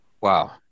wow